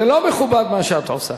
זה לא מכובד מה שאת עושה.